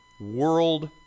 world